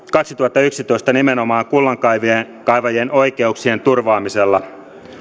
kaksituhattayksitoista nimenomaan kullankaivajien oikeuksien turvaamisella